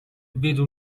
vedo